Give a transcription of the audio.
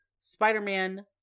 Spider-Man